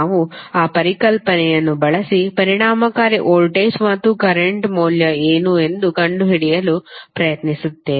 ನಾವು ಆ ಪರಿಕಲ್ಪನೆಯನ್ನು ಬಳಸಿ ಪರಿಣಾಮಕಾರಿ ವೋಲ್ಟೇಜ್ ಮತ್ತು ಕರೆಂಟ್ ಮೌಲ್ಯ ಏನು ಎಂದು ಕಂಡುಹಿಡಿಯಲು ಪ್ರಯತ್ನಿಸುತ್ತೇವೆ